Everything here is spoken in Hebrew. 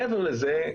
מעבר לזה,